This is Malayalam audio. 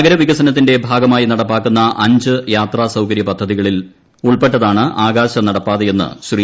നഗരവികസനത്തിന്റെ ഭാഗമായി നടപ്പാക്കുന്ന അഞ്ച് യാത്രാസൌകര്യ പദ്ധതികളിൽ ഉൾപ്പെട്ടതാണ് ആകാശ നടപ്പാതയെന്ന് ശ്രീ